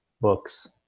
books